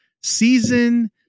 season